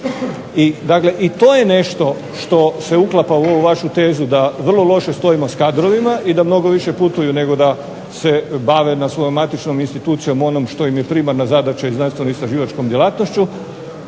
i to je nešto što se uklapa u ovu vašu tezu da vrlo loše stojimo sa kadrovima i da mnogo više putuju nego da se bave svojom matičnom institucijom, onom što im je primarna zadaća i znanstveno-istraživačkom djelatnošću